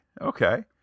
okay